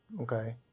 Okay